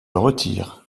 retire